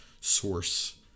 source